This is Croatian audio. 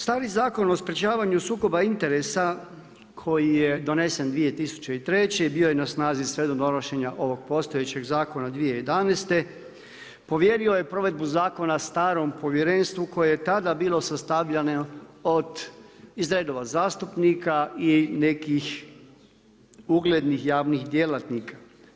Stari Zakon o sprječavanju sukoba interesa koji je donesen 2003. i bio je na snazi sve do donošenja ovog postojećeg zakona 2011. povjerio je provedbu zakona starom povjerenstvu koje je tada bilo sastavljano iz redova zastupnika i nekih uglednih javnih djelatnika.